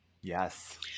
Yes